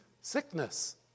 sickness